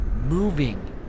moving